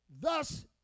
Thus